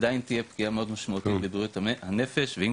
עדיין תהיה פגיעה מאוד משמעותית בבריאות הנפש ואם